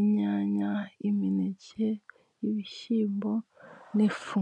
inyanya y'imineke, ibishyimbo n'ifu.